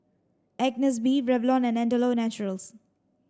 Agnes B Revlon and Andalou Naturals